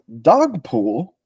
Dogpool